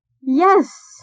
yes